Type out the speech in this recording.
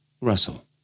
Russell